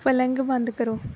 plug ਬੰਦ ਕਰੋ